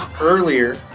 earlier